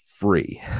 free